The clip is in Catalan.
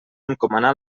encomanar